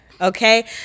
okay